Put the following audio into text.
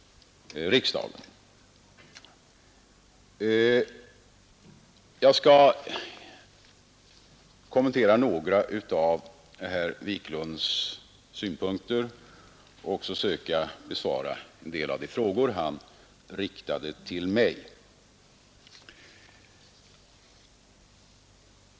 Jag skall kommentera några av herr Wiklunds synpunkter och också söka besvara en del av de frågor han riktade till mig.